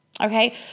okay